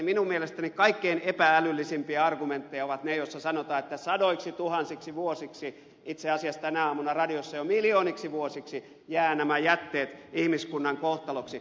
minun mielestäni kaikkein epä älyllisimpiä argumentteja ovat ne joissa sanotaan että sadoiksituhansiksi vuosiksi itse asiassa tänä aamuna radiossa sanottiin jo että miljooniksi vuosiksi jäävät nämä jätteet ihmiskunnan kohtaloksi